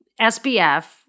SBF